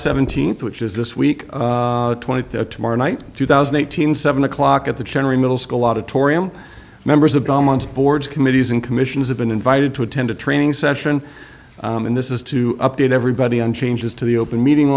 seventeenth which is this week twenty tomorrow night two thousand eight hundred seven o'clock at the general middle school auditorium members of dominance boards committees and commissions have been invited to attend a training session and this is to update everybody on changes to the open meeting